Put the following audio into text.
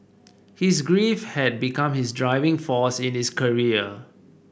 his grief had become his driving force in his career